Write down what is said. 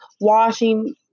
washing